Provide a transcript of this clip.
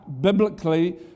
biblically